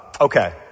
okay